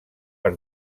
per